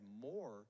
more